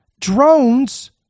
drones